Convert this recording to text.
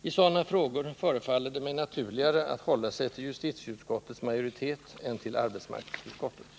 I sådana frågor förefaller det mig naturligare att hålla sig till justitieutskottets majoritet än till arbetsmarknadsutskottets.